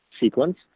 sequence